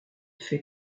fait